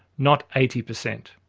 not eighty per cent.